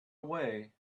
away